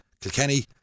Kilkenny